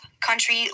country